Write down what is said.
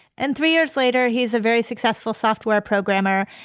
and three years later, he is a very successful software programmer.